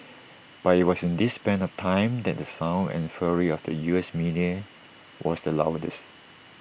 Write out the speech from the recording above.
but IT was in this span of time that the sound and fury of the U S media was the loudest